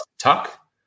Tuck